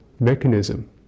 mechanism